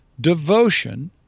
devotion